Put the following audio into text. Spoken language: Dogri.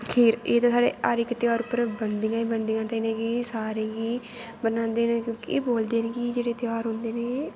खीर एह् ते साढ़े हर इक तेहार उप्पर बनदी गै बनदे न ते इनें गी सारें गी बनांदे न क्योंकि बोलदे न कि जेह्ड़े तेहार होंदे न